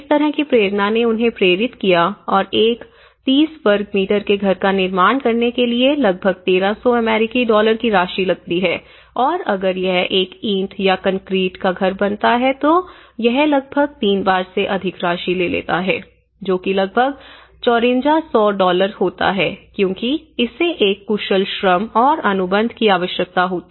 इस तरह की प्रेरणा ने उन्हें प्रेरित किया और एक 30 वर्ग मीटर के घर का निर्माण करने के लिए लगभग 1300 अमेरिकी डॉलर की राशि लगती और अगर यह एक ईंट या कंक्रीट का घर बनता तो यह लगभग तीन बार से अधिक राशि ले लेता जो कि लगभग 5400 डॉलर होता क्योंकि इसे एक कुशल श्रम और अनुबंध की आवश्यकता होती